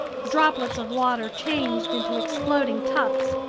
droplets of water changed into exploding tufts.